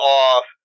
off